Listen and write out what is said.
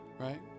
right